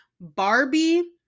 Barbie